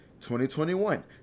2021